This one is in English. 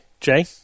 Jay